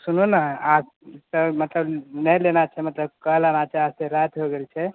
सुनू ने आ मतलब नहि लेना छै मतलब कल आते आते राति हो गेल छै